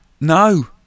No